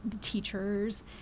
teachers